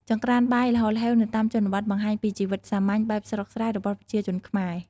ចង្រ្កានបាយល្ហល្ហេវនៅតាមជនបទបង្ហាញពីជីវិតសាមញ្ញបែបស្រុកស្រែរបស់ប្រជាជនខ្មែរ។